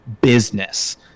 business